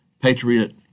Patriot